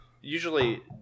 usually